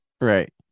Right